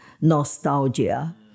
nostalgia